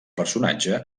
personatge